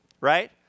right